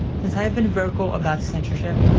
since i have been vocal about censorship,